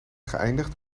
geëindigd